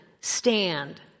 stand